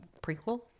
prequel